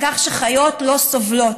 על כך שחיות לא סובלות.